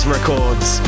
Records